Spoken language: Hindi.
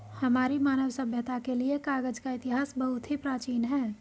हमारी मानव सभ्यता के लिए कागज का इतिहास बहुत ही प्राचीन है